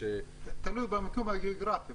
תלוי במצב הגיאוגרפי.